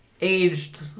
aged